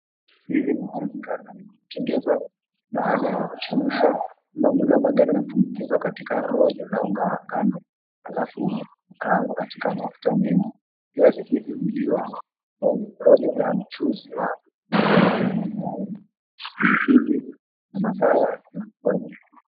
Hizi ni viazi karai, hutengezwa baada ya kuchemshwa, kubambuliwa maganda na kutumbukizwa katika rojo la unga wa ngano alafu kukaangwa katika mafuta mengi. Viazi hivi huliwa na rojo la mchuzi wa pilipili na masala...